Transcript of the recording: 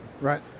Right